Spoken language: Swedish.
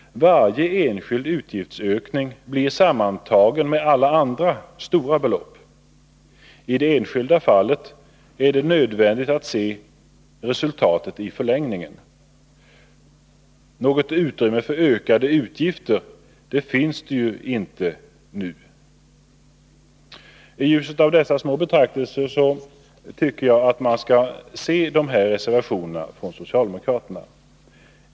Alla enskilda utgiftshöjningar blir, sammantagna, till stora belopp. I det enskilda fallet är det nödvändigt att se resultatet i förlängningen. Något utrymme för ökade utgifter finns inte nu. Jag tycker att man skall se de här reservationerna från socialdemokraterna i ljuset av dessa små betraktelser.